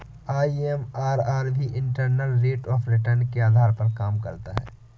MIRR भी internal rate of return के आधार पर काम करता है